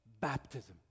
Baptism